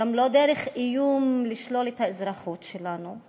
גם לא דרך איום לשלול את האזרחות שלנו,